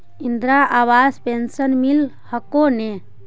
Indira Awas pension मिल हको ने?